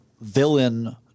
villain